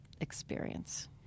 experience